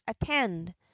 attend